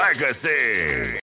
Legacy